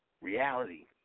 Reality